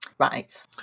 Right